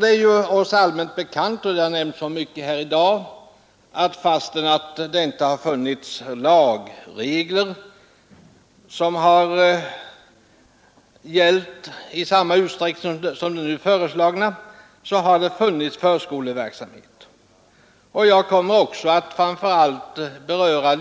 Det är oss allmänt bekant — det har nämnts tidigare i dag — att det även tidigare funnits förskoleverksamhet, trots att det inte har funnits lagregler i samma utsträckning som nu föreslås. Jag kommer att något beröra